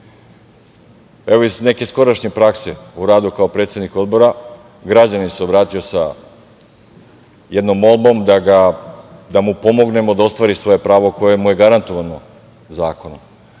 Evo, iz neke skorašnje prakse u radu kao predsednik Odbora. Građanin se obratio sa jednom molbom da mu pomognemo da ostvari svoje pravo koje mu je garantovano zakonom. Najčešće